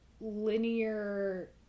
linear